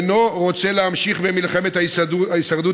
הוא אינו רוצה להמשיך במלחמת ההישרדות